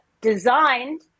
Designed